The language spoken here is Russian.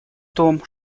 том